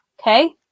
okay